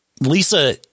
Lisa